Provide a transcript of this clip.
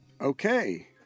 Okay